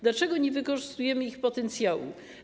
Dlaczego nie wykorzystujemy ich potencjału?